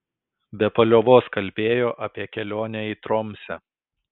be paliovos kalbėjo apie kelionę į tromsę